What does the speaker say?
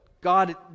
God